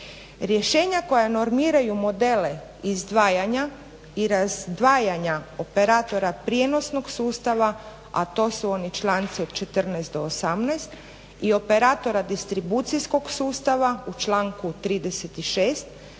Rješenja koja normiraju modele izdvajanja i razdvajanja operatora prijenosnog sustava, a to su oni članci 14.-18. i operatora distribucijskog sustava u članku 36.